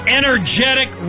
energetic